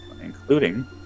Including